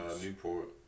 Newport